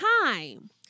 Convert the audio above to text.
time